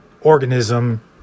organism